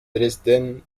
dresden